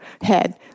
head